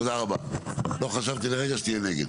תודה רבה , לא חשבתי לרגע שתהיה נגד.